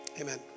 Amen